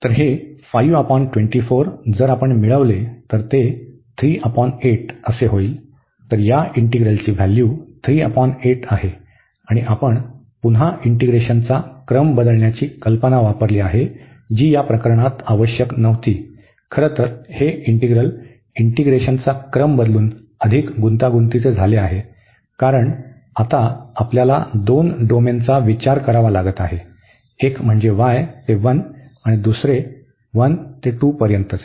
तर हे जर आपण मिळवले तर ते होईल तर या इंटीग्रलची व्हॅल्यू आहे आणि आपण पुन्हा इंटीग्रेशनचा क्रम बदलण्याची कल्पना वापरली आहे जी या प्रकरणात आवश्यक नव्हती खरंतर हे इंटीग्रल इंटीग्रेशनचा क्रम बदलून अधिक गुंतागुंतीचे झाले आहे कारण आता आपल्याला दोन डोमेनचा विचार करावा लागत आहे एक म्हणजे y ते 1 आणि दुसरे 1 ते 2 पर्यंतचे